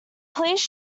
police